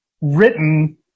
written